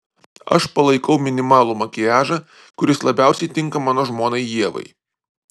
aš palaikau minimalų makiažą kuris labiausiai tinka mano žmonai ievai